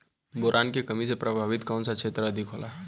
Boron के कमी से प्रभावित कौन सा क्षेत्र अधिक होला?